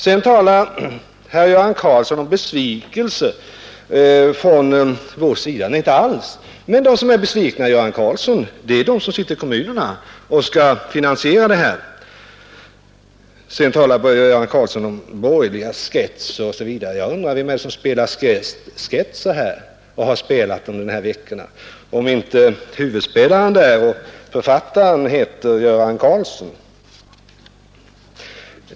Vidare talar herr Göran Karlsson om besvikelse på vårt håll. Nej, inte alls. De som är besvikna, Göran Karlsson, är de som sitter ute i kommunerna och skall finansiera det stöd som det gäller. Göran Karlsson talar också om borgerliga sketcher osv. Jag undrar vilka det är som spelar sketcher här och som har spelat upp sådana under de senaste veckorna — om inte huvudspelaren och författaren i detta sammanhang heter Göran Karlsson?